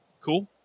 Cool